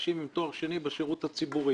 מאנשים עם תואר שני בשירות הציבורי.